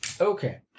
Okay